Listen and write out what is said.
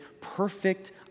perfect